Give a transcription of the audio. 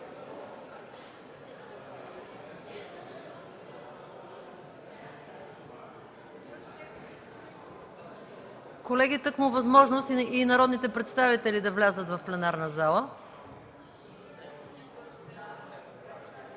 Колеги, тъкмо има възможности народните представители да влязат в пленарна зала.